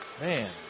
Man